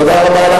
תודה רבה.